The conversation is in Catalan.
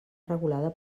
regulada